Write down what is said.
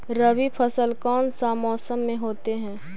रवि फसल कौन सा मौसम में होते हैं?